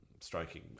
striking